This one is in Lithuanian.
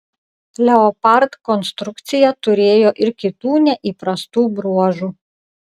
leopard konstrukcija turėjo ir kitų neįprastų bruožų